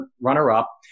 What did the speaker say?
runner-up